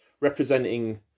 representing